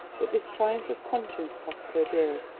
but this triumph of conscience cost her dear.